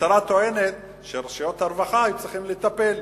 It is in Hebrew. המשטרה טוענת שרשויות הרווחה היו צריכות לטפל.